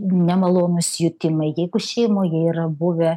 nemalonūs jutimai jeigu šeimoje yra buvę